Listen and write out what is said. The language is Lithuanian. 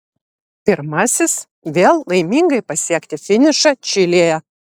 pirmasis vėl laimingai pasiekti finišą čilėje